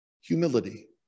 Humility